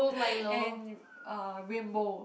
and uh rainbow